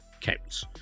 counts